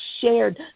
shared